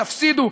תפסידו,